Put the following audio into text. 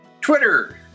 Twitter